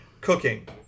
cooking